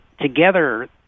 together